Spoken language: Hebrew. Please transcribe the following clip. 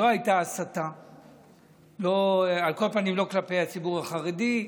לא הייתה הסתה, על כל פנים, לא כלפי הציבור החרדי.